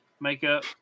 makeup